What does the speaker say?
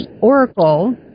Oracle